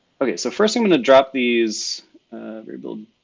okay, so first i'm gonna drop these rebuild.